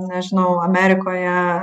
nežinau amerikoje